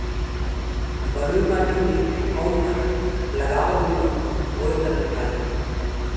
बलुई माटी में कउन फल लगावल निमन होई तनि बताई?